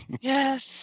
Yes